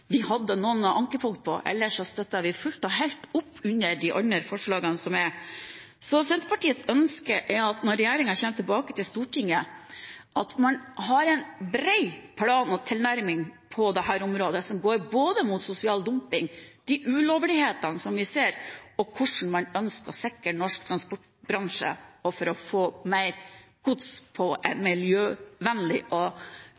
vi hadde et ankepunkt til, ellers støtter vi fullt og helt opp om de andre forslagene. Så Senterpartiets ønske er at regjeringen, når den kommer tilbake til Stortinget, har en bred plan og tilnærming på dette området. Den må dreie seg om både sosial dumping, de ulovlighetene vi ser, og hvordan man ønsker å sikre norsk transportbransje for å få mer gods på miljøvennlig og